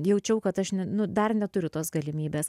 jaučiau kad aš ne nu dar neturiu tos galimybės